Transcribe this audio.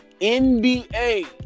NBA